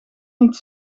niet